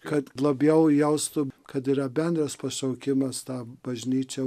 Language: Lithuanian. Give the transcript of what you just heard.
kad labiau jaustų kad yra bendras pašaukimas tą bažnyčią